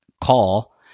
call